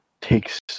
takes